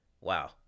wow